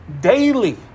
daily